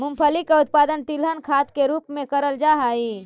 मूंगफली का उत्पादन तिलहन खाद के रूप में करेल जा हई